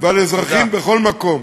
ועל אזרחים בכל מקום.